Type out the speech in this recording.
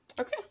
okay